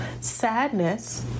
Sadness